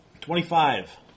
Twenty-five